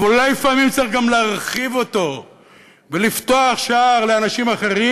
אבל אולי לפעמים צריך גם להרחיב אותו ולפתוח שער לאנשים אחרים,